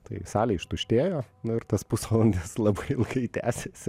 tai salė ištuštėjo ir tas pusvalandis labai ilgai tęsėsi